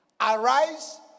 Arise